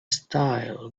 style